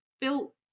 built